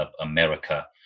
America